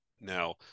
Now